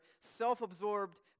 self-absorbed